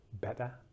better